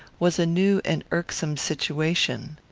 was a new and irksome situation.